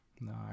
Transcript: No